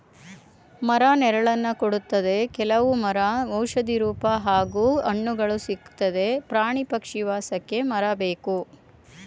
ಮರ ನೆರಳನ್ನ ಕೊಡ್ತದೆ ಕೆಲವ್ ಮರ ಔಷಧಿ ರೂಪ ಹಾಗೂ ಹಣ್ಣುಗಳು ಸಿಕ್ತದೆ ಪ್ರಾಣಿ ಪಕ್ಷಿ ವಾಸಕ್ಕೆ ಮರ ಬೇಕು